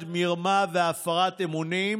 יעסקו,